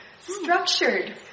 structured